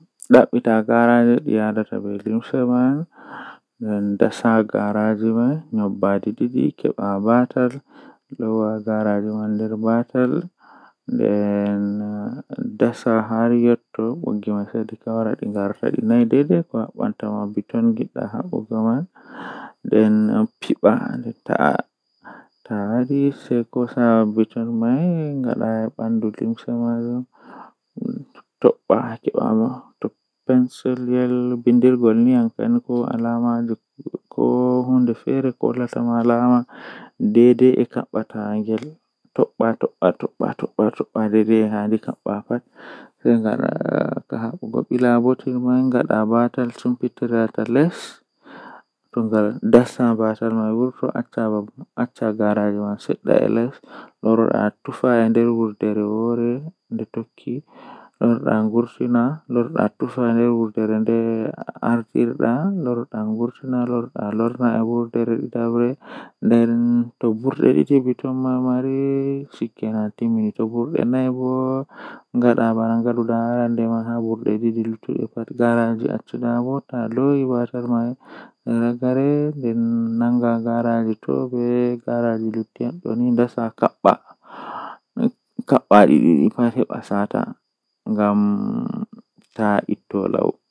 Mi settan malla he'a frutji man kala komi mari fuu mi taitan dum nden mi heba unordu mi loppa dum haa nder mi wayla haa koofi am jei miyidi malla taaso tomi wala unordu bo woodi kobe wiyata dum blander mi waila haa nder mi wada blendin maajum mi wayla haa kofi am.